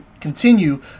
continue